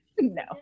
no